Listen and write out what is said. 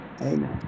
Amen